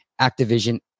Activision